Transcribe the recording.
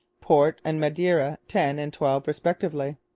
port and madeira ten and twelve respectively.